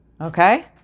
okay